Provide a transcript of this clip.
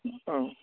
औ